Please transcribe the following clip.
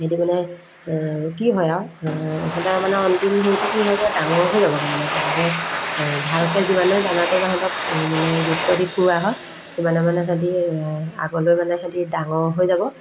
সিহঁতি মানে কি হয় আৰু সিহঁতৰ মানে অন্তিম হেৰিটো কি হয়গৈ ডাঙৰ হৈ যাবগৈ মানে তেনেকৈ ভালকৈ যিমানে দানাটো বা সিহঁতক মানে গুৰুত্ব দি খুওৱা হয় সিমানে মানে সেহেঁতি আগলৈ মানে সেহেঁতি ডাঙৰ হৈ যাব